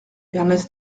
ernest